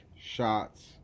shots